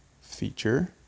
feature